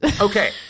Okay